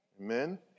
amen